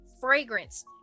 fragrance